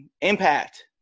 Impact